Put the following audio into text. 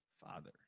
Father